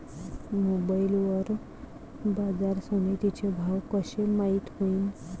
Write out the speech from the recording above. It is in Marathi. मोबाईल वर बाजारसमिती चे भाव कशे माईत होईन?